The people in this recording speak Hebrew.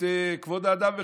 כבוד האדם וחירותו.